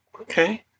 okay